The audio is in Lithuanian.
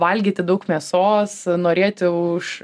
valgyti daug mėsos norėti už